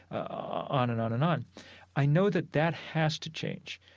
on and on and on i know that that has to change,